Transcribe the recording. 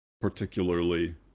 particularly